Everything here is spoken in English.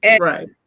Right